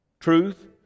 truth